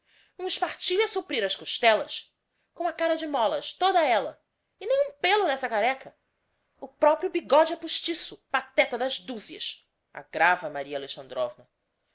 um espartilho a suprir as costellas com a cara de mólas toda ella e nem um pello nessa careca o proprio bigode é postiço pateta das duzias agrava maria